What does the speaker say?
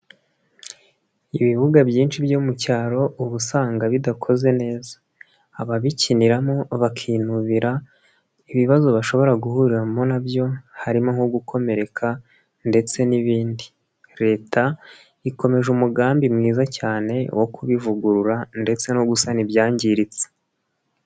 Ibibuga byinshi byo mu cyaro ubu usanga bidakoze neza. Ababikiniramo bakinubira ibibazo bashobora guhuriramo na byo, harimo nko gukomereka ndetse n'ibindi. Leta ikomeje umugambi mwiza cyane wo kubivugurura ndetse no gusana ibyangiritse.